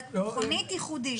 תוכנית ייחודית,